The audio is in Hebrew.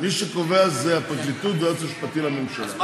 מי שקובע זה הפרקליטות והיועץ המשפטי לממשלה.